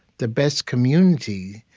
the best community,